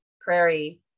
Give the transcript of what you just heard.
prairie